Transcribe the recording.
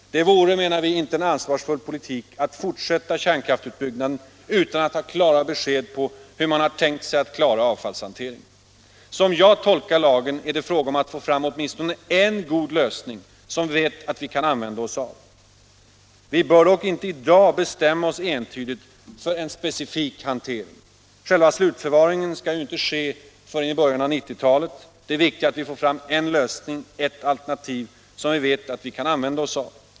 Det vore, menar vi, inte en ansvarsfull politik att fortsätta kärnkraftsutbyggnaden utan att ha klara besked om hur man har tänkt sig att ordna avfallshanteringen. Som jag tolkar lagen är det fråga om att få fram åtminstone en god lösning, som vi vet att vi kan använda oss av. Vi bör dock inte i dag bestämma oss entydigt för en specifik hantering. Själva slutförvaringen skall inte ske förrän i början av 1990-talet. Det viktiga är att vi får fram en lösning, ett alternativ, som vi vet att vi kan använda oss av.